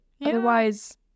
Otherwise